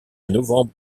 novembre